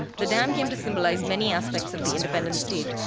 the dam came to symbolize many aspects of the independent state.